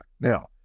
Now